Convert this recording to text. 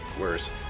worse